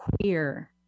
queer